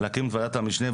להקים ועדת משנה,